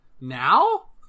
Now